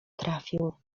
trafił